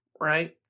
right